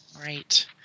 Right